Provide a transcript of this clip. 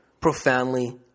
profoundly